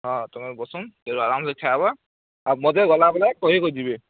ହଁ ତୁମେ ବସୁନ୍ ଏବେ ଆରାମ୍ସେ ଖାଏବା ଆଉ ମୋତେ ଗଲାବେଳେ କହିକି ଯିବେ